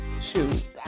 shoot